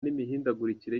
n’imihindagurikire